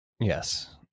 Yes